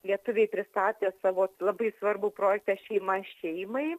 lietuviai pristatė savo labai svarbų projektą šeima šeimai